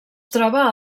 troba